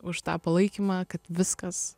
už tą palaikymą kad viskas